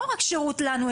לא רק שירות לנו,